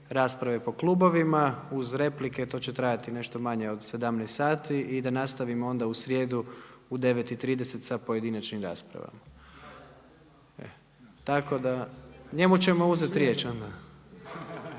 po klubovima uz replike to će trajati nešto manje od 17 sati i da nastavimo onda u srijedu u 9,30 sa pojedinačnim raspravama. …/Upadica se ne razumije./… Njemu ćemo uzeti riječ onda.